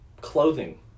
clothing